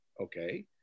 Okay